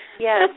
Yes